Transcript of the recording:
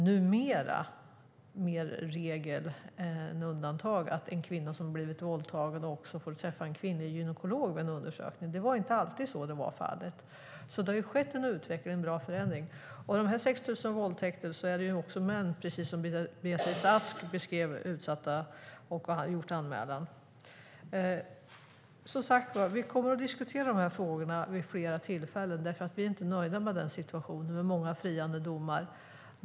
Numera är det mer regel än undantag att en kvinna som har blivit våldtagen får träffa en kvinnlig gynekolog. Så var det inte alltid förut. Det har alltså skett en utveckling och en förändring som är bra. Bland de här 6 000 våldtäkterna är det också män som är utsatta, precis som Beatrice Ask beskrev det, och har gjort anmälan. Vi kommer att diskutera de här frågorna vid flera tillfällen. Vi är inte nöjda med situationen med många friande domar.